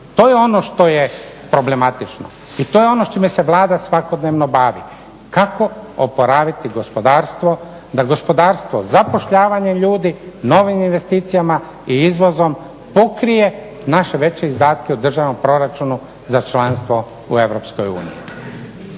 To je ono što je problematično i to je ono s čime se Vlada svakodnevno bavi, kako oporaviti gospodarstvo da gospodarstvo zapošljavanje ljudi, novim investicijama i izvozom pokrije naše veće izdatke u državnom proračunu za članstvo u